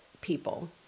people